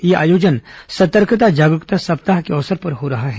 यह आयोजन सतर्कता जागरूकता सप्ताह के अवसर पर हो रहा है